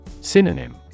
Synonym